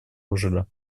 алжира